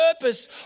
purpose